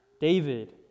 David